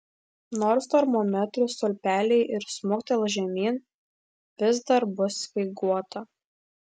nors termometrų stulpeliai ir smuktels žemyn vis dar bus speiguota